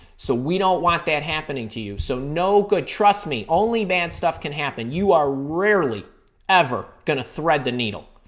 so, we don't want that happening to you. so no good, trust me, only bad stuff can happen. you are rarely ever going to thread the needle.